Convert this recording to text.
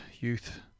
youth